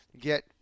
get